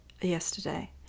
yesterday